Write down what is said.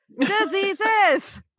Diseases